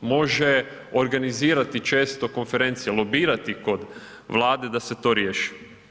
može organizirati često konferencije, lobirati kod Vlade da se to riješi.